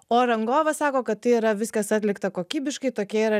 o rangovas sako kad tai yra viskas atlikta kokybiškai tokie yra